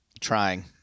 Trying